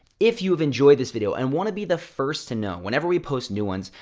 if you've enjoyed this video and want to be the first to know whenever we post new ones,